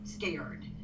scared